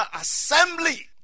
assembly